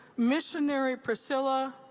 missionary priscilla,